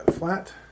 flat